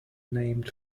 named